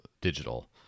digital